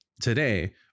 today